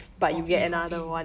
coffin coffin